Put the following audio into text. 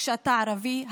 כשאתה ערבי,